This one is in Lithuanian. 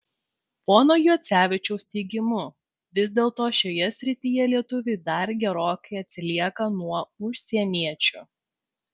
pono juocevičiaus teigimu vis dėlto šioje srityje lietuviai dar gerokai atsilieka nuo užsieniečių